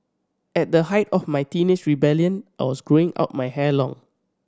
at the height of my teenage rebellion I was growing out my hair long